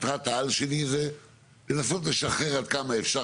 מטרת העל שלי היא לנסות לשחרר עד כמה שאפשר,